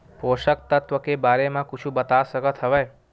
पोषक तत्व के बारे मा कुछु बता सकत हवय?